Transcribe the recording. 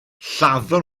lladdon